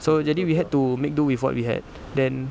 so jadi we had to make do with what we had then